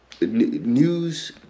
news